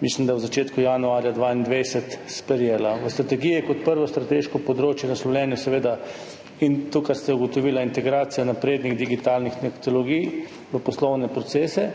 mislim, da v začetku januarja 2022, sprejela. V strategiji je kot prvo strateško področje naslovljeno to, kar ste ugotovili, integracija naprednih digitalnih tehnologij v poslovne procese.